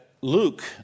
Luke